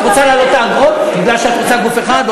את רוצה להעלות את האגרות מפני שאת רוצה גוף אחד,